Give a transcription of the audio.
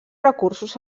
recursos